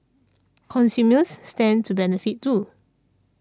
consumers stand to benefit too